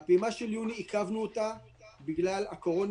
את הפעימה של יוני עיכבנו בגלל הקורונה,